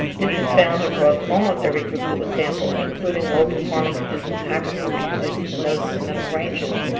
this is found across almost every group that was sampled, including low-performing students, high-performing students, and those in the middle ranges.